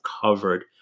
covered